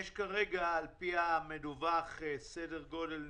יש כרגע על פי המדווח סדר גודל,